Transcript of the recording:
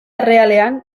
errealean